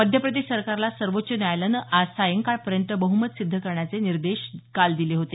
मध्यप्रदेश सरकारला सर्वोच्च न्यायालयानं आज सायंकाळपर्यंत बह्मत सिद्ध करण्याचे निर्देश काल दिले होते